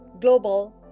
global